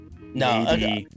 No